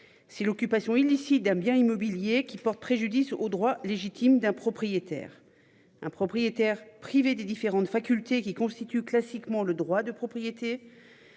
si l'occupation illicite d'un bien immobilier qui porte préjudice aux droits légitimes d'un propriétaire un propriétaire privé des différentes facultés qui constitue classiquement le droit de propriété.